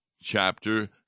chapter